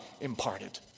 imparted